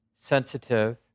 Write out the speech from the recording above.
sensitive